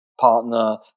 partner